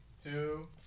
two